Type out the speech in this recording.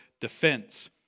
defense